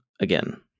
again